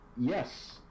Yes